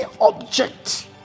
object